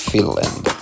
Finland